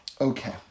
Okay